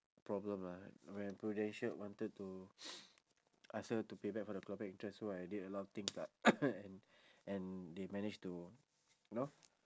problem ah when prudential wanted to ask her to pay back for the clawback interest so I did a lot of things lah and and they managed to know